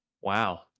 Wow